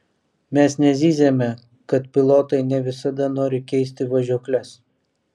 mes nezyziame kad pilotai ne visada nori keisti važiuokles